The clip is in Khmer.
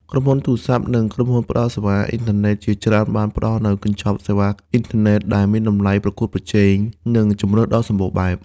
ក្រុមហ៊ុនទូរសព្ទ និងក្រុមហ៊ុនផ្តល់សេវាអ៊ីនធឺណិតជាច្រើនបានផ្តល់នូវ កញ្ចប់សេវាអ៊ីនធឺណិតដែលមានតម្លៃប្រកួតប្រជែង និងជម្រើសដ៏សម្បូរបែប។